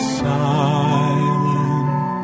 silent